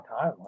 time